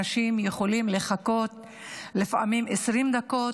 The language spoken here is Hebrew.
אנשים יכולים לחכות לפעמים 20 דקות,